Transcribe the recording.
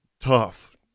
tough